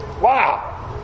Wow